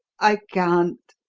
i can't!